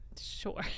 Sure